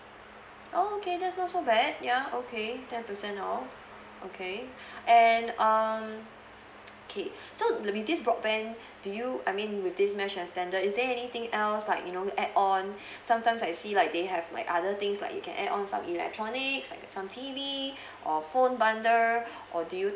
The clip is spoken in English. oh okay that's not so bad ya okay ten percent off okay and um okay so th~ with this broadband do you I mean with this mesh extender is there anything else like you know add on sometimes I see like they have like other things like you can add on some electronic like a some T_V or phone bundle or do you